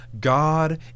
God